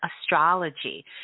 astrology